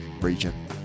region